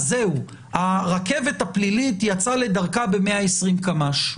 אז זהו, הרכבת הפלילית יצאה לדרכה ב-120 קמ"ש.